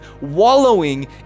wallowing